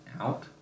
out